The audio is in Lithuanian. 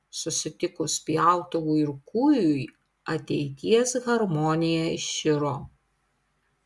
susitikus pjautuvui ir kūjui ateities harmonija iširo